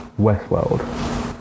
Westworld